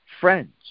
friends